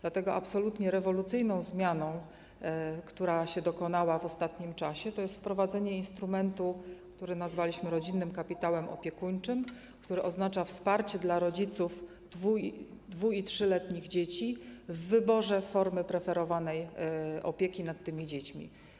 Dlatego absolutnie rewolucyjną zmianą, która się dokonała w ostatnim czasie, jest wprowadzenie instrumentu, który nazwaliśmy Rodzinnym Kapitałem Opiekuńczym, który oznacza wsparcie dla rodziców 2- i 3-letnich dzieci w wyborze formy preferowanej opieki nad tymi dziećmi.